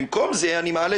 במקום זה אני מעלה,